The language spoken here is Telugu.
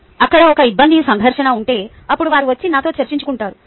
అక్కడ ఒక ఇబ్బంది సంఘర్షణ ఉంటే అప్పుడు వారు వచ్చి నాతో చర్చించుకుంటారు